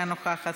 אינה נוכחת,